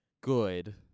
good